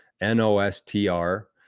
N-O-S-T-R